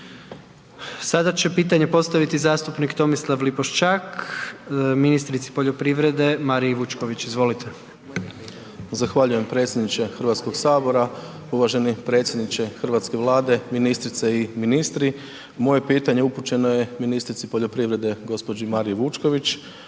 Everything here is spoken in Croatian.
Sada će pitanje postaviti zastupnik Tomislav Lipošćak ministrici poljoprivrede Mariji Vučković, izvolite. **Lipošćak, Tomislav (HDZ)** Zahvaljujem predsjedniče HS-a. uvaženi predsjedniče hrvatske Vlade, ministrice i ministri. Moje pitanje upućeno je ministrici poljoprivrede, gđi. Mariji Vučković.